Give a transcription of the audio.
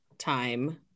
time